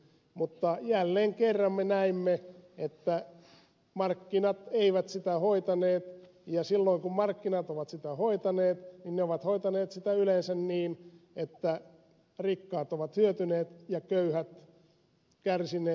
mutta jälleen kerran me näimme että markkinat eivät sitä hoitaneet ja silloin kun markkinat ovat sitä hoitaneet ne ovat hoitaneet sitä yleensä niin että rikkaat ovat hyötyneet ja köyhät kärsineet